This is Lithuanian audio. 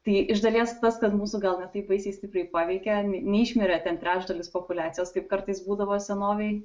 tai iš dalies tas kad mūsų gal ne taip baisiai stipriai paveikė ne neišmirė ten trečdalis populiacijos kaip kartais būdavo senovėj